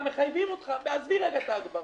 גם מחייבים אותך ועזבי לרגע את ההגברה